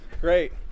great